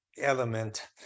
element